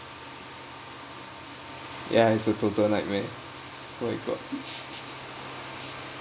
ya it's a total nightmare oh my god